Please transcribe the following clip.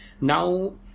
Now